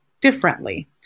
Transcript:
differently